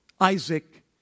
Isaac